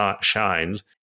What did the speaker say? shines